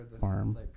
farm